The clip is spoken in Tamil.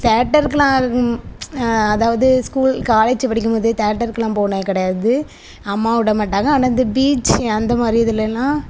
தேயேட்டருக்குலாம் அதாவது ஸ்கூல் காலேஜ்ஜி படிக்கும் போது தேயேட்டருக்குலாம் போனது கிடையாது அம்மா விடமாட்டாங்க ஆனால் இந்த பீச்சு அந்த மாதிரி இதுலெலாம்